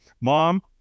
Mom